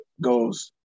Goes